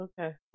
Okay